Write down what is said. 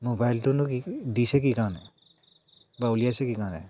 মোবাইলটোনো কি দিছে কি কাৰণে বা উলিয়াইছে কি কাৰণে